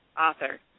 author